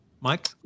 Mike